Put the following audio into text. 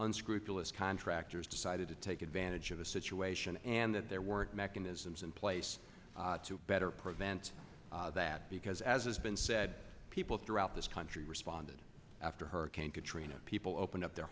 unscrupulous contractors decided to take advantage of the situation and that their work mechanisms in place to better prevent that because as has been said people throughout this country responded after hurricane katrina people opened up their